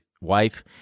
wife